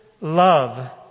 love